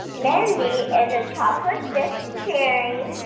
mindy is a chocolate-dipped cherry.